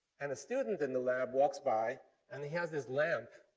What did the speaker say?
and a student in the lab walks by and he has this lamp.